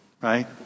right